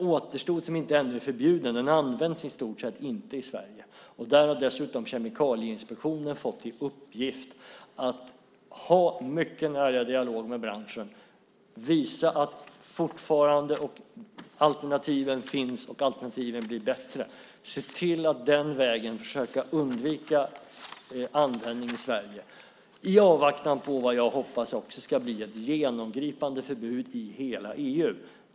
Återstoden, som ännu inte är förbjuden, används i stort sett inte i Sverige. Dessutom har Kemikalieinspektionen fått i uppgift att ha en mycket nära dialog med branschen, att visa att alternativen finns och blir bättre och att se till att den vägen försöka undvika användning i Sverige - i avvaktan på vad jag hoppas ska bli ett genomgripande förbud i hela EU.